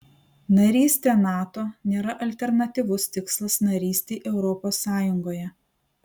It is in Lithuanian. narystė nato nėra alternatyvus tikslas narystei europos sąjungoje